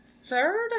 third